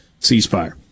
ceasefire